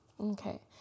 Okay